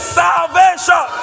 salvation